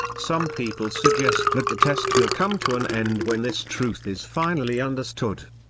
some people suggest that the test will come to an end when this truth is finally understood.